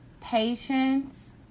patience